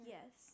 Yes